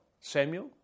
Samuel